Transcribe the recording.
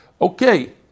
Okay